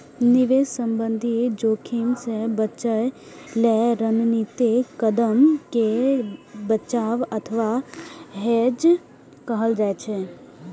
निवेश संबंधी जोखिम सं बचय लेल रणनीतिक कदम कें बचाव अथवा हेज कहल जाइ छै